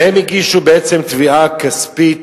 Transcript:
והם הגישו בעצם תביעה כספית,